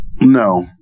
No